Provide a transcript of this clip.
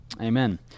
Amen